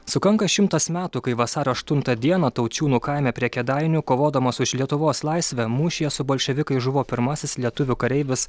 sukanka šimtas metų kai vasario aštuntą dieną taučiūnų kaime prie kėdainių kovodamas už lietuvos laisvę mūšyje su bolševikais žuvo pirmasis lietuvių kareivis